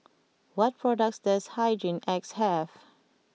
what products does Hygin X have